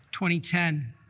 2010